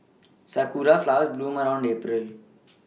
sakura flowers bloom around April